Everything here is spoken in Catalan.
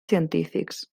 científics